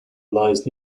lies